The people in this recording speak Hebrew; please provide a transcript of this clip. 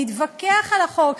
להתווכח על החוק,